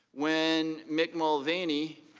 when mick mulvaney